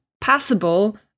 passable